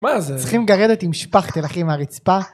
מה זה? צריכים גרדת עם שפכטל אחי מהרצפה